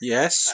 Yes